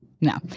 no